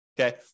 okay